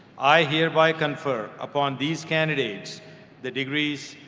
i hereby confer upon these candidates the degrees,